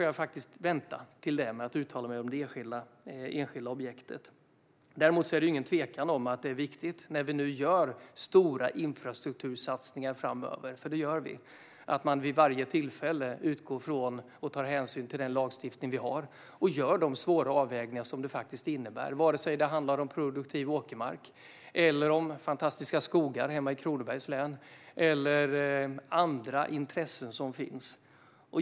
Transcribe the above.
Jag får vänta med att uttala mig om det enskilda objektet. Däremot är det ingen tvekan om att det är viktigt när vi nu gör stora infrastruktursatsningar framöver, för det gör vi, att man vid varje tillfälle utgår från och tar hänsyn till den lagstiftning vi har och gör de svåra avvägningar som det innebär. Det gäller vare sig det handlar om produktiv åkermark, fantastiska skogar hemma i Kronobergs län eller andra intressen som finns.